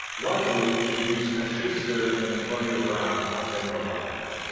luckily juju smith schuster and antonio brown have been reliable.